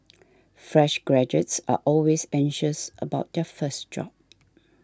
fresh graduates are always anxious about their first job